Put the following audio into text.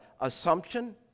assumption